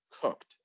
cooked